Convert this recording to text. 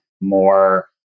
more